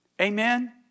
Amen